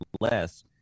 less